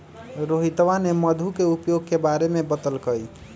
रोहितवा ने मधु के उपयोग के बारे में बतल कई